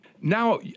now